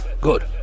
good